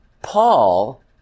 Paul